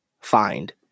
Find